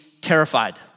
terrified